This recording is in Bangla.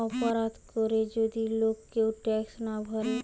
অপরাধ করে যদি লোক কেউ ট্যাক্স না ভোরে